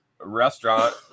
restaurant